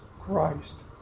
Christ